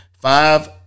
five